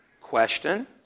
question